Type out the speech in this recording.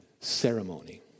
ceremony